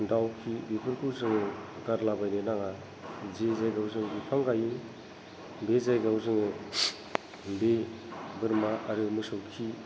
दाउ खि बेफोरखौ जोङो गारला बायनो नाङा जि जायगायाव जों बिफां गाइयो बे जायगायाव जोङो बे बोरमा आरो मोसौ खि